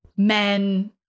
Men